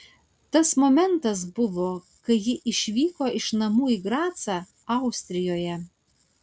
tas momentas buvo kai ji išvyko iš namų į gracą austrijoje